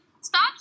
Stop